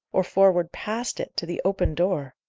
or forward past it to the open door?